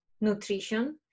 nutrition